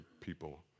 people